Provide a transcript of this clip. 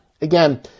Again